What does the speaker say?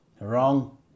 wrong